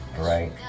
right